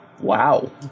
Wow